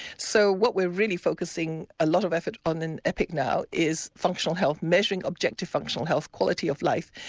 so what we're really focusing a lot of effort on in epic now is functional health, measuring objective functional health, quality of life.